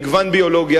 מגוון ביולוגי,